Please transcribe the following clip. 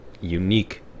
unique